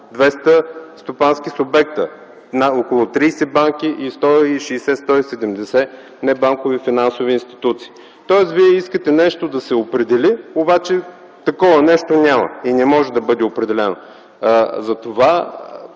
200 стопански субекта – около 30 банки и 160 -170 небанкови финансови институции. Тоест вие искате нещо да се определи, обаче такова нещо няма и не може да бъде определено.